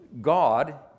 God